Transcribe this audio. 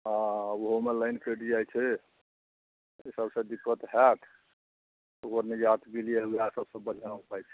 हँ ओहोमे लाइन कटि जाइ छै अइ सबसे दिक्कत हएत ओकर निजात भी वएह सबसे बढ़ियाँ उपाय छै